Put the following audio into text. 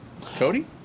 Cody